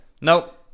nope